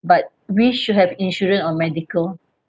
but we should have insurance on medical